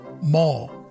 mall